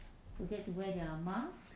forget to wear their mask